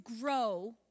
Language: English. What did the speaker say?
grow